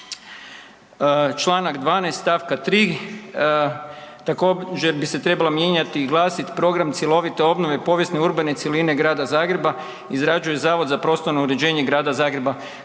Čl. 12. stavka 3., također bi se trebalo mijenjati i glasiti program cjelovite obnove i povijesno-urbane cjeline grada Zagreba izrađuje Zavod za prostorno uređenje grada Zagreba.